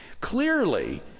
Clearly